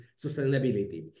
sustainability